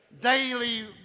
daily